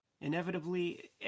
Inevitably